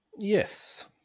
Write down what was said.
Yes